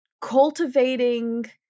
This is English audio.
cultivating